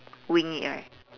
wing it right